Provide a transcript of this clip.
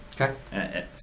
Okay